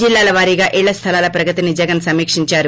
జిల్లాల వారీగా ఇళ్ల స్దలాల ప్రగతిని జగన్ సమీక్షించారు